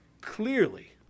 Clearly